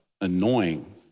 annoying